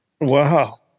Wow